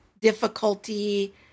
difficulty